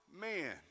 man